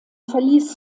verließ